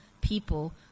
people